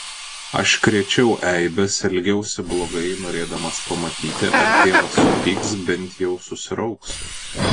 aš krėčiau eibes elgiausi blogai norėdamas pamatyti ar tėvas supyks bent jau susirauks